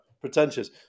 pretentious